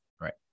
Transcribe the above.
Right